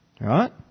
Right